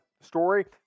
story